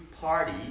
party